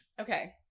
Okay